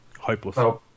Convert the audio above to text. hopeless